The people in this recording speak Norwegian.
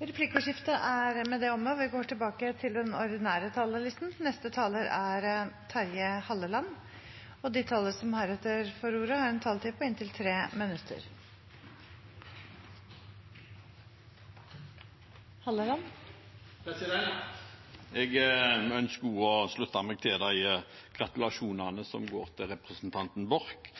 Replikkordskiftet er omme. De talere som heretter får ordet, har også en taletid på inntil 3 minutter. Jeg ønsker å slutte meg til gratulasjonene som går til representanten Borch.